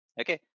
okay